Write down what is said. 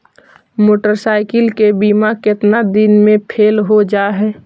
Motorcycle के बिमा केतना दिन मे फेल हो जा है?